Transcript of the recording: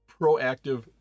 proactive